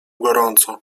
gorąco